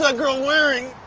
ah girl wearing?